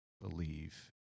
believe